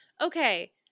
Okay